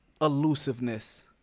Elusiveness